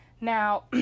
Now